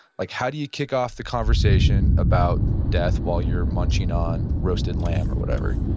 like how do you kick off the conversation about death while you're munching on roasted lamb or whatever?